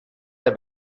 der